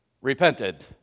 repented